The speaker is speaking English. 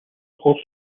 also